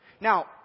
Now